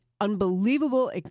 unbelievable